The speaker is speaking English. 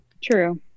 True